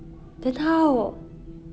then how